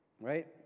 right